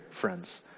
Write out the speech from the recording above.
friends